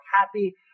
happy